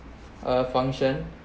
uh function